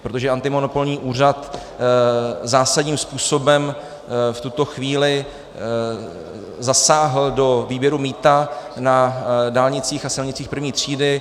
Protože antimonopolní úřad zásadním způsobem v tuto chvíli zasáhl do výběru mýta na dálnicích a silnicích I. třídy.